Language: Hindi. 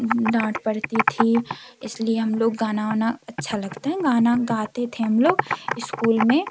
डांट पड़ती थी इस लिए हम लोग गाना उना अच्छा लगता है गाना गाते थे हम लोग स्कूल में